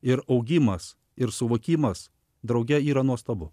ir augimas ir suvokimas drauge yra nuostabu